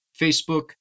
Facebook